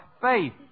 faith